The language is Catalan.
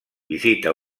visita